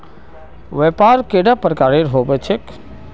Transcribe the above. व्यापार कैडा प्रकारेर होबे चेक?